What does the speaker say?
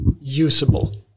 usable